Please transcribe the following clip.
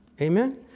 Amen